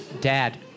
Dad